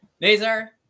Nazar